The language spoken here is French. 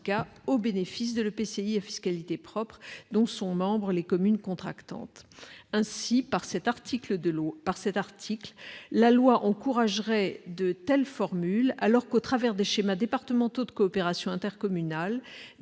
au bénéfice de l'EPCI à fiscalité propre dont sont membres les communes contractantes. Dès lors, par cet article, la loi encouragerait de telles formules, alors que, au travers des schémas départementaux de coopération intercommunale,